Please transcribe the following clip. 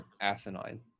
asinine